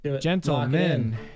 gentlemen